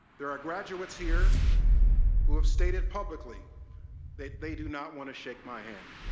there are graduates here who have stated publicly that they do not want to shake my hand.